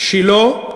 שילה,